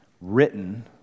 written